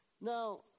Now